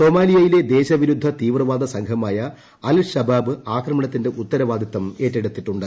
സോമാലിയയിലെ ദേശവിരുദ്ധ തീവ്രവാദ സംഘമായ അൽ ഷബാബ് ആക്രമണത്തിന്റെ ഉത്തരവാദിത്തം ഏറ്റെട്ടുത്തിട്ടുണ്ട്